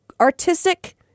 artistic